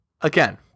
again